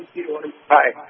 Hi